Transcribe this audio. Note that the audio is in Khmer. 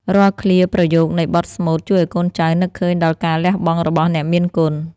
រាល់ឃ្លាប្រយោគនៃបទស្មូត ជួយឱ្យកូនចៅនឹកឃើញដល់ការលះបង់របស់អ្នកមានគុណ។